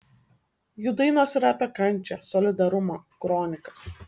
jų dainos yra apie kančią solidarumą kronikas